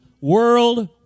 World